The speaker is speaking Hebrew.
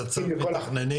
אתה צריך מתכננים?